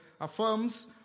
affirms